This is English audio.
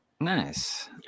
Nice